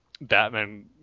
Batman